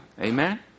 Amen